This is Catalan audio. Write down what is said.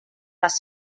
les